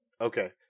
Okay